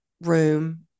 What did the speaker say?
room